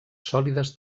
sòlides